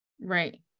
Right